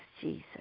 Jesus